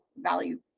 value